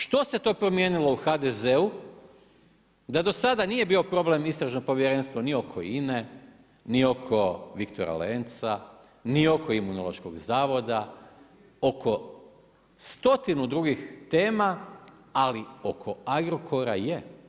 Što se to promijenili u HDZ-u da do sada nije bio problem istražnog povjerenstva ni oko INA-e, ni oko Viktora Lenaca, niti oko Imunološkog zavoda, oko 100 drugih tema, ali oko Agrokora je.